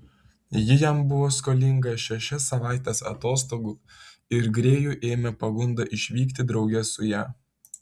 ji jam buvo skolinga šešias savaites atostogų ir grėjų ėmė pagunda išvykti drauge su ja